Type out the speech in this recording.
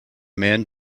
man